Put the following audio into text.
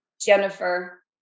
Jennifer